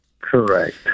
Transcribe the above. Correct